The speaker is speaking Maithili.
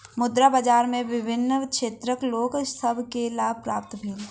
मुद्रा बाजार में विभिन्न क्षेत्रक लोक सभ के लाभ प्राप्त भेल